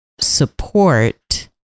support